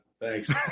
thanks